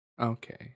Okay